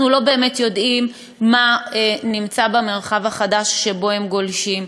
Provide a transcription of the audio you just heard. אנחנו לא באמת יודעים מה נמצא במרחב החדש שבו הם גולשים.